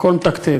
הכול מתקתק.